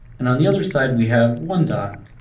and on the other side we have one dot.